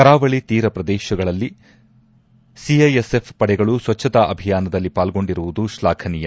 ಕರಾವಳಿ ತೀರಾ ಪ್ರದೇಶಗಳಲ್ಲಿ ಸಿಐಎಸ್ಎಫ್ ಪಡೆಗಳು ಸ್ವಚ್ಚತಾ ಅಭಿಯಾನದಲ್ಲಿ ಪಾಲ್ಗೊಂಡಿರುವುದು ಶ್ಲಾಘನೀಯ